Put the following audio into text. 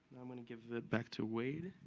i'm going to give it back to wade.